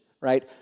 right